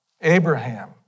Abraham